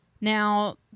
Now